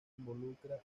involucra